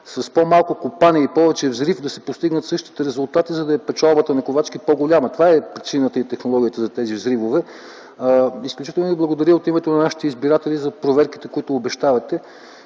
с по-малко копане и повече взрив да се постигат същите резултати, за да е по-голяма печалбата на Ковачки. Това е причината и технологията за тези взривове. Изключително Ви благодаря от името на нашите избиратели за проверките, които обещавате.